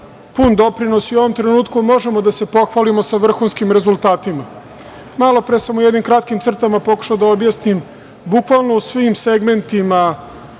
pun doprinos i u ovom trenutku možemo da se pohvalimo sa vrhunskim rezultatima. Malopre sam u kratkim crtama pokušao da objasnim sve segmente